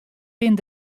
binne